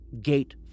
Gate